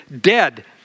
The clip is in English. dead